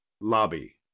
lobby